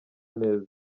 neza